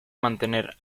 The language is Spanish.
mantener